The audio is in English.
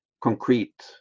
concrete